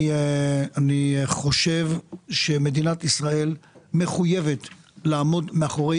אני חושב שמדינת ישראל מחויבת לעמוד מאחורי